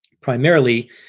primarily